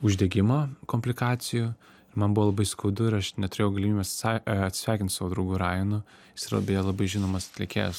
uždegimo komplikacijų man buvo labai skaudu ir aš neturėjau galimybės visai atsisveikint su savo draugu rainu jis yra beje labai žinomas atlikėjas